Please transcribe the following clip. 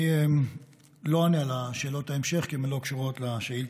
אני לא אענה על שאלות ההמשך כי הן לא קשורות לשאילתה.